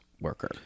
worker